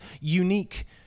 unique